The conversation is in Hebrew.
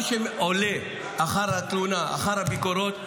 מה שעולה אחר התלונה ואחר הביקורות,